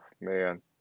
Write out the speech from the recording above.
man